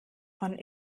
von